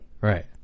right